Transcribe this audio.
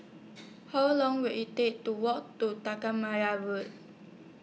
How Long Will IT Take to Walk to Road